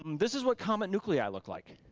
this is what comet nuclei look like.